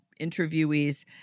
interviewees